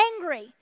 angry